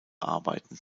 arbeiten